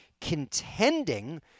contending